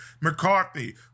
McCarthy